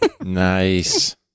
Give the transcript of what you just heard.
Nice